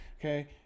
Okay